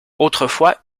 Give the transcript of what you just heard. autrefois